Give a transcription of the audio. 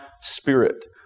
spirit